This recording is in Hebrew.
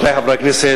רבותי חברי הכנסת,